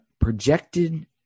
projected